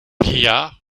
vieillard